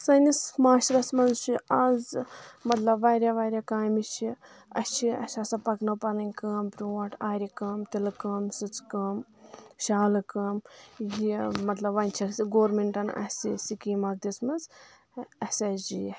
سٲنِس ماشرَس منٛز چھِ اَز مطلب واریاہ واریاہ کامہِ چھِ اَسہِ چھِ اَسہِ آسان پَکنٲو پَنٕنۍ کٲم برونٛٹھ آرِ کٲم تِلہٕ کٲم سٕژٕ کٲم شالہٕ کٲم یہِ مطلب وۄنۍ چھِ گورمِنٹَن اَسہِ سکیٖم اَکھ دِژمٕژ ایس ایچ جی